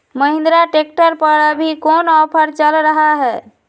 Mahindra tractor पर अभी कोन ऑफर चल रहा है?